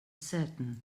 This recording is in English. certain